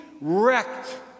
wrecked